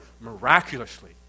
miraculously